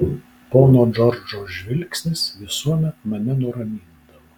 pono džordžo žvilgsnis visuomet mane nuramindavo